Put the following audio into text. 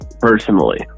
personally